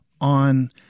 on